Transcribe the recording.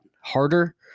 harder